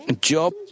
Job